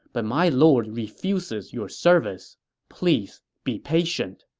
but my lord refuses your service. please, be patient.